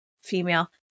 female